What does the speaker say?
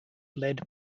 led